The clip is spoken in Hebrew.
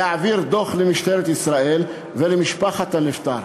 להעביר דוח למשטרת ישראל ולמשפחת הנפטר,